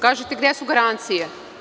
Kažete - gde su garancije?